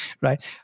right